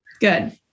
Good